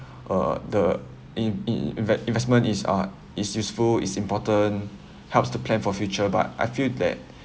uh the in in inve~ investment is uh is useful is important helps to plan for future but I feel that